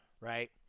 right